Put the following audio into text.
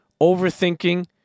Overthinking